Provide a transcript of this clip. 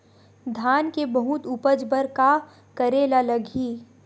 धान के बहुत उपज बर का करेला लगही?